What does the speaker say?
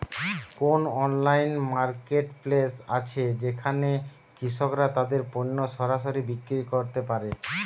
কোন online marketplace আছে যেখানে কৃষকরা তাদের পণ্য সরাসরি বিক্রি করতে পারে?